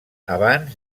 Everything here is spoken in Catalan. abans